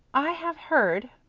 i have heard,